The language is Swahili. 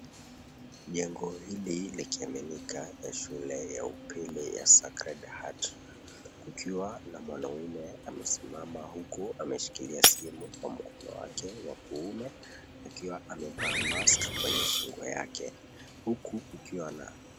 Jengo hili likiaminika ya shule ya upili ya "sacred heart", kukiwa na mwanaume amesimama huku ameshikilia simu kwa mkono wake wa kuume, akiwa amevaa mask kwenye shingo yake huku kukiwa na...